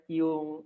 yung